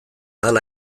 hala